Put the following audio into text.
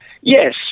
Yes